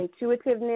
intuitiveness